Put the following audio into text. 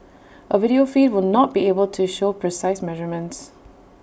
A video feed will not be able to show precise measurements